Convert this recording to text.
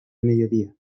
mediodía